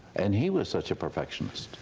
and he was such a perfectionist.